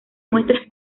muestras